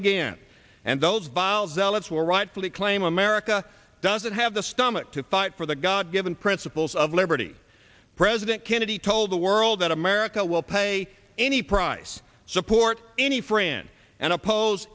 again and those vile zealots will rightly claim america doesn't have the stomach to fight for the god given principles of liberty president kennedy told the world that america will pay any price support any friend and oppose